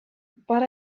but